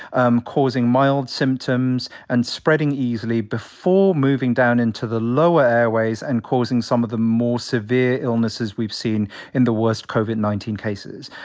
um causing mild symptoms and spreading easily before moving down into the lower airways and causing some of the more severe illnesses we've seen in the worst covid nineteen cases.